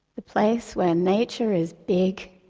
the place where nature is big,